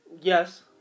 Yes